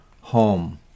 Home